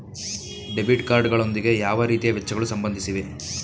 Debit card ಗಳೊಂದಿಗೆ ಯಾವ ರೀತಿಯ ವೆಚ್ಚಗಳು ಸಂಬಂಧಿಸಿವೆ?